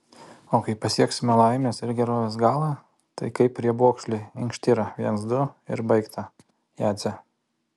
o kai pasieksime laimės ir gerovės galą tai kaip riebokšlį inkštirą viens du ir baigta jadze